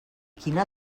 quina